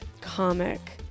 comic